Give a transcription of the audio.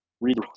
read